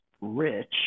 rich